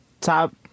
top